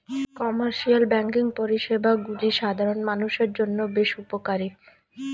commercial banking পরিষেবাগুলি সাধারণ মানুষের জন্য বেশ উপকারী